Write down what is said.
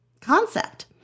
concept